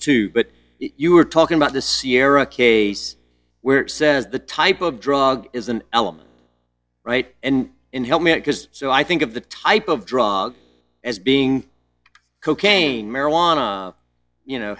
too but you were talking about the sierra case where it says the type of drug is an element right and in help me out because so i think of the type of drug as being cocaine marijuana you know